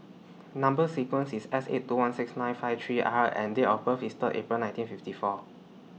Number sequence IS S eight two one six nine five three R and Date of birth IS Third April nineteen fifty four